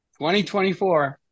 2024